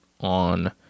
on